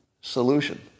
solution